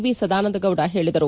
V Sadananda Gowda ಹೇಳಿದರು